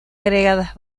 agregadas